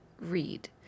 Read